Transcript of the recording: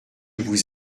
vous